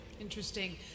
Interesting